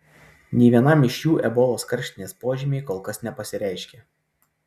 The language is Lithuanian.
nei vienam iš jų ebolos karštinės požymiai kol kas nepasireiškė